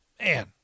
Man